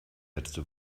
letzte